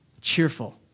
Cheerful